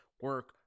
Work